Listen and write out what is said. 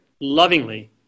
lovingly